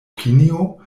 opinio